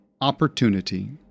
opportunity